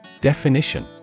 Definition